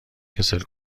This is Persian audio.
کسل